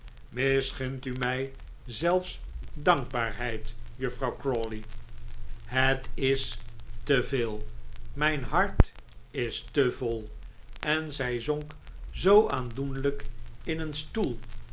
misgunt u mij zelfs dankbaarheid juffrouw crawley het is te veel mijn hart is te vol en zij zonk zoo aandoenlijk in een stoel